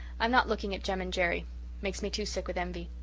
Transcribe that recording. i'm not looking at jem and jerry makes me too sick with envy.